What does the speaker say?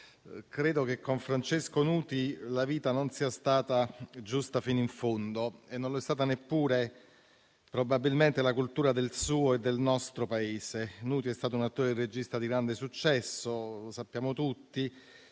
Credo che con Francesco Nuti la vita non sia stata giusta fino in fondo e non lo è stata neppure probabilmente la cultura del suo e del nostro Paese. Nuti è stato un attore e regista di grande successo - come sappiamo tutti